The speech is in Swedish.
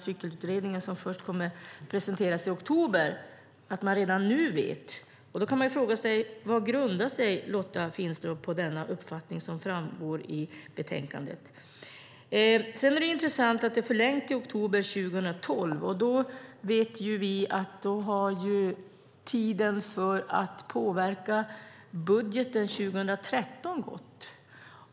Cykelutredningen kommer att presenteras först i oktober, men man vet detta redan nu. Då kan man fråga sig: Vad grundar Lotta Finstorp denna uppfattning som framgår i betänkandet på? Det är intressant att det är förlängt till oktober 2012. Vi vet att tiden för att påverka budgeten 2013 då gått.